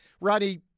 Roddy